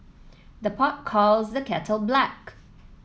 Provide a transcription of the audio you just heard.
the pot calls the kettle black